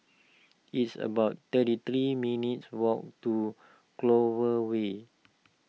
it's about thirty three minutes' walk to Clover Way